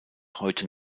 heute